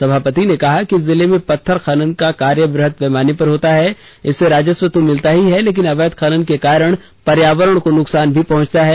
सभापति र्न कहा जिले में पत्थर खनन का कार्य बृहत पैमाने पर होता है इससे राजस्व तो मिलता ही है लेकिन अवैध खनन के कारण पर्यावरण को नुकसान भी पहुंचता है